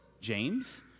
James